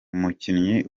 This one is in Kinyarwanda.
umukinnyi